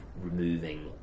removing